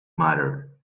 matter